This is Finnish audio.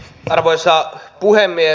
arvoisa puhemies